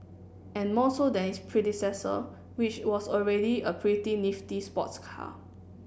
and more so than its predecessor which was already a pretty nifty sports car